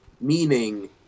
meaning